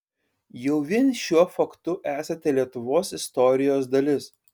jau vien šiuo faktu esate lietuvos istorijos dalis